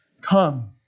come